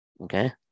Okay